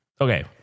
okay